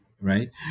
Right